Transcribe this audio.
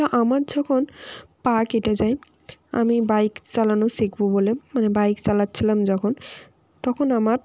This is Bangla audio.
তা আমার যখন পা কেটে যায় আমি বাইক চালানো শিখব বলে মানে বাইক চালাচ্ছিলাম যখন তখন আমার